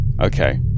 Okay